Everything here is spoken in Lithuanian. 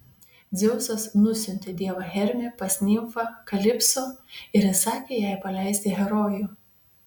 dzeusas nusiuntė dievą hermį pas nimfą kalipso ir įsakė jai paleisti herojų